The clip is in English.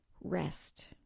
rest